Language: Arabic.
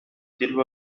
تلو